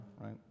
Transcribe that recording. right